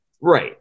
right